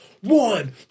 One